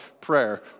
prayer